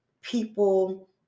people